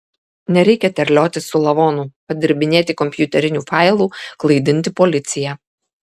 nereikia terliotis su lavonu padirbinėti kompiuterinių failų klaidinti policiją